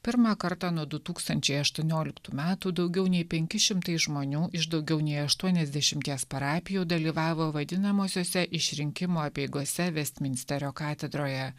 pirmą kartą nuo du tūkstančiai aštuonioliktų metų daugiau nei penki šimtai žmonių iš daugiau nei aštuoniasdešimties parapijų dalyvavo vadinamosiose išrinkimo apeigose vestminsterio katedroje